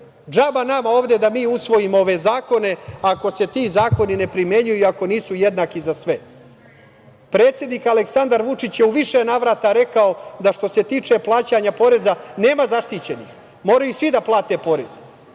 Džaba nama ovde da mi usvojimo ove zakone, ako se ti zakoni ne primenjuju i ako nisu jednaki za sve. Predsednik Aleksandar Vučić je u više navrata rekao da što se tiče plaćanja poreza nema zaštićenih. Moraju svi da plate porez.